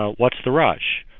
ah what's the rush,